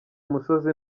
imisozi